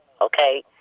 okay